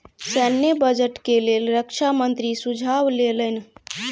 सैन्य बजट के लेल रक्षा मंत्री सुझाव लेलैन